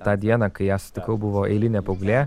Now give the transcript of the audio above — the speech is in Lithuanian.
tą dieną kai ją sutikau buvo eilinė paauglė